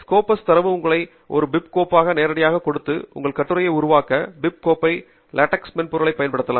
scopes தரவு உங்களை ஒரு பிபி கோப்பாக நேரடியாக கொடுத்து உங்கள் கட்டுரையை உருவாக்க இந்த பிபி கோப்பை லேட்டெக்ஸ் மென்பொருளைப் பயன்படுத்தலாம்